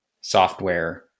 software